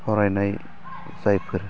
फरायनाय जायफोर